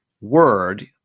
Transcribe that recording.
word